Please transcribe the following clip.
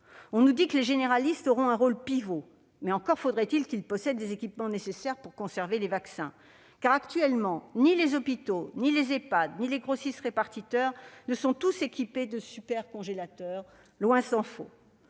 On nous dit que les généralistes auront un rôle pivot ; encore faudrait-il qu'ils possèdent les équipements nécessaires pour conserver les vaccins ! En effet, ni les hôpitaux, ni les Ehpad, ni les grossistes répartiteurs ne sont actuellement tous équipés de super-congélateurs, tant s'en faut.